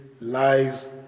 lives